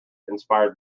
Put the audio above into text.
inspired